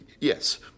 Yes